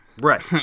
Right